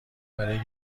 برای